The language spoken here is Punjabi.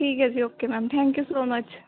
ਠੀਕ ਹੈ ਜੀ okay ma'am thank you so much